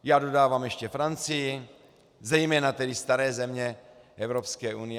Já dodávám ještě Francii, zejména tedy staré země Evropské unie.